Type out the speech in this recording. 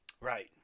right